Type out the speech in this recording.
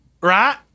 Right